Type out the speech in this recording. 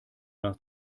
nach